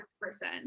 person